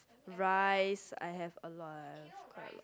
rice I have a lot I have quite a lot